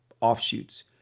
offshoots